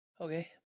Okay